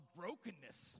brokenness